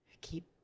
keep